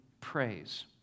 praise